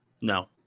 No